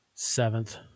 Seventh